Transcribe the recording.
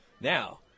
Now